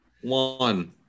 One